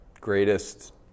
greatest